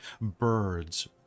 birds